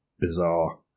bizarre